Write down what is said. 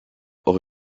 hors